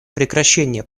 прекращение